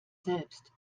selbst